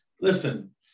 listen